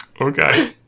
okay